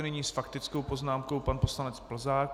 Nyní s faktickou poznámkou pan poslanec Plzák.